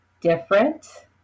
different